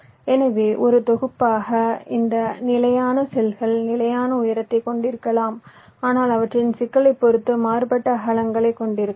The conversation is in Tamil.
எனவே ஒரு தொகுப்பாக இந்த நிலையான செல்கள் நிலையான உயரத்தைக் கொண்டிருக்கலாம் ஆனால் அவற்றின் சிக்கலைப் பொறுத்து மாறுபட்ட அகலங்களைக் கொண்டிருக்கலாம்